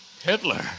Hitler